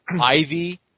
Ivy